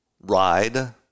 ride